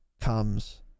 comes